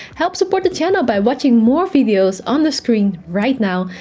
help support the channel by watching more videos on the screen right now.